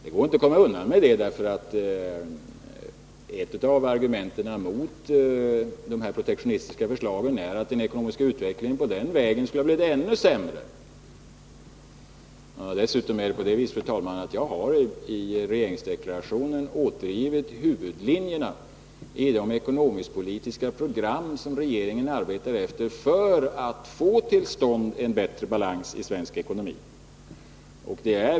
Det går inte att komma undan med det, för ett av argumenten mot de protektionistiska förslagen är att den ekonomiska utvecklingen skulle ha blivit ännu sämre om man följt de förslagen. Jag har i regeringsdeklarationen återgivit huvudlinjerna i det ekonomisk-politiska program som regeringen arbetar efter för att få till stånd en bättre balans i svensk ekonomi.